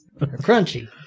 crunchy